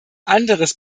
anderes